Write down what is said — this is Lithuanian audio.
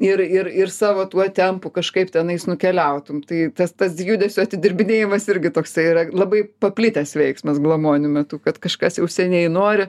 ir ir ir savo tuo tempu kažkaip tenais nukeliautum tai tas tas judesio atidirbinėjimas irgi toksai yra labai paplitęs veiksmas glamonių metu kad kažkas jau seniai nori